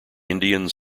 indians